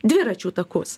dviračių takus